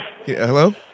Hello